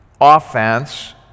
offense